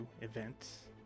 events